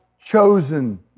chosen